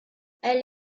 elle